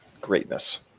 greatness